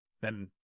Then-